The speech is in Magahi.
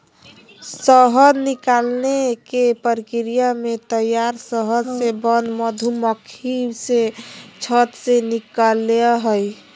शहद निकालने के प्रक्रिया में तैयार शहद से बंद मधुमक्खी से छत्त से निकलैय हइ